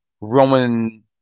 Roman